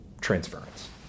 transference